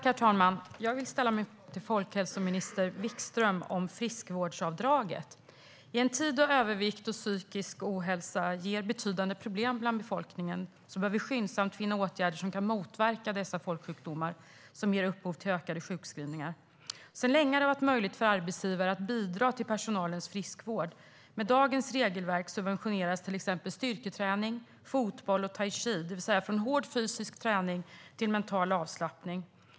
Herr talman! Jag vill ställa min fråga till folkhälsominister Wikström. Den handlar om friskvårdsavdraget. I en tid då övervikt och psykisk ohälsa leder till betydande problem bland befolkningen bör vi skyndsamt finna åtgärder som kan motverka dessa folksjukdomar som ger upphov till ökade sjukskrivningar. Det har sedan länge varit möjligt för arbetsgivare att bidra till personalens friskvård. Med dagens regelverk subventioneras till exempel styrketräning, fotboll och taiji, det vill säga allt från hård fysisk träning till mental avslappning.